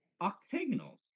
octagonal